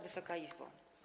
Wysoka Izbo!